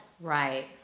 Right